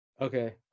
okay